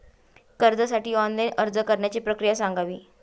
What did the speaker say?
कर्जासाठी ऑनलाइन अर्ज करण्याची प्रक्रिया सांगावी